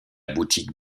boutique